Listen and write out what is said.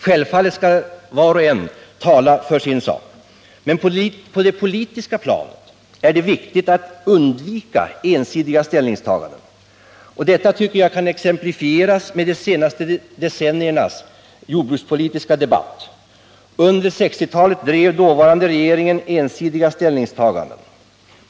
Självfallet skall var och en tala för sin sak. Men på det politiska planet är det viktigt att undvika ensidiga ställningstaganden. Detta tycker jag kan exemplifieras med de senaste decenniernas jordbrukspolitiska debatt. Under 1960-talet gjorde den dåvarande regeringen ensidiga ställningstaganden.